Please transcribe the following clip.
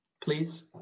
Please